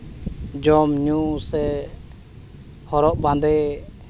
ᱡᱚᱢᱼᱧᱩ ᱥᱮ ᱦᱚᱨᱚᱜ ᱵᱟᱸᱫᱮ